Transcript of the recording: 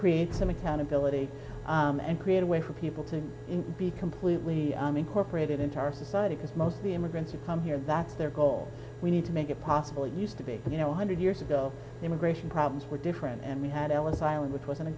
creates some accountability and create a way for people to be completely incorporated into our society because most of the immigrants who come here that's their goal we need to make it possible used to be you know hundred years ago immigration problems were different and we had ellis island which wasn't a